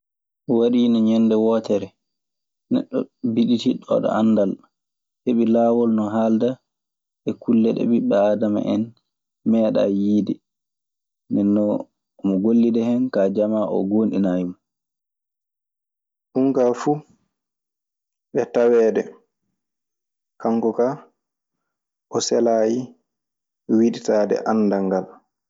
Waɗiino ñende wootere, neɗɗo biɗitiɗtooɗo anndal heɓi laawol no haalda e kulle ɗe ɓiɓɓe aadama meeɗaa yiide. Nden non omo gollida hen, kaa jamaa oo goonɗinaayi mo. Ɗum ka fu e taweede, kanko ka, o selay wiɗitaade anndal ngal.